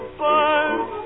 birds